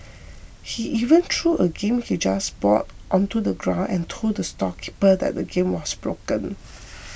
he even threw a game he just bought onto the ground and told the storekeeper that the game was broken